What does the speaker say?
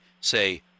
say